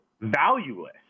valueless